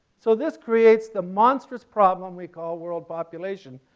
so this creates the monstrous problem we call world population.